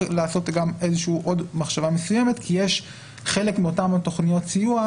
לעשות עוד מחשבה מסוימת כי חלק מאותן תכניות סיוע,